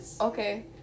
okay